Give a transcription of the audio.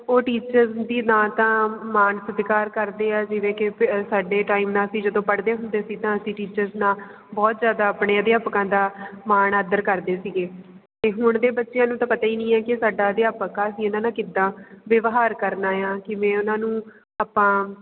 ਉਹ ਟੀਚਰ ਦੀ ਨਾ ਤਾਂ ਮਾਣ ਸਤਿਕਾਰ ਕਰਦੇ ਹਾਂ ਜਿਵੇਂ ਕਿ ਸਾਡੇ ਟਾਈਮ ਨਾਲ ਅਸੀਂ ਜਦੋਂ ਪੜ੍ਹਦੇ ਹੁੰਦੇ ਸੀ ਤਾਂ ਅਸੀਂ ਟੀਚਰਸ ਨਾਲ ਬਹੁਤ ਜ਼ਿਆਦਾ ਆਪਣੇ ਅਧਿਆਪਕਾਂ ਦਾ ਮਾਣ ਆਦਰ ਕਰਦੇ ਸੀਗੇ ਅਤੇ ਹੁਣ ਦੇ ਬੱਚਿਆਂ ਨੂੰ ਤਾਂ ਪਤਾ ਹੀ ਨਹੀਂ ਹੈ ਕਿ ਸਾਡਾ ਅਧਿਆਪਕ ਆ ਅਸੀਂ ਇਹਨਾਂ ਨਾਲ ਕਿੱਦਾਂ ਵਿਵਹਾਰ ਕਰਨਾ ਆ ਕਿਵੇਂ ਉਹਨਾਂ ਨੂੰ ਆਪਾਂ